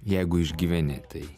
jeigu išgyveni tai